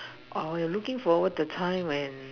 oh I'll looking forward the time when